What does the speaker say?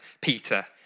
Peter